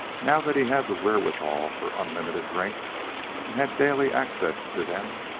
now that he had the wherewithal for unlimited drinks and had daily access to them,